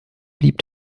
blieb